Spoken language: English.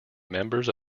members